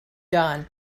done